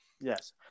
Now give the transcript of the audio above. Yes